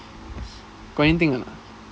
got anything or not